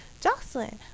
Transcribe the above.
jocelyn